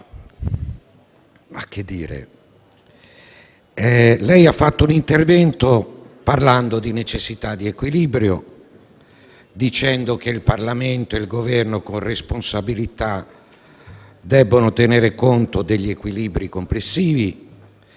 che dire? Lei ha fatto un intervento parlando di necessità di equilibrio, dicendo che il Parlamento e il Governo, con responsabilità, devono tenere conto degli equilibri complessivi.